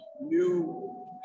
new